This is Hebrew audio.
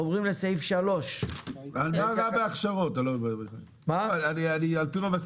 עוברים לסעיף 3. מה רע בהכשרות, אני לא מבין.